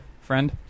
friend